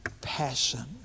passion